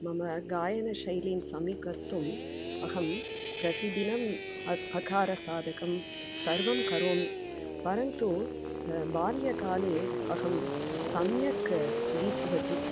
मम गायानशैलीं समीकर्तुं अहं प्रतिदिनं अ अकारसाधकं सर्वं करोमि परन्तु बाल्यकाले अहं सम्यक् गीतवती